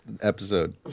episode